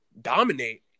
dominate